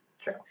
True